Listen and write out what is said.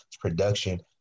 production